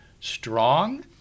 strong